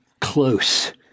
close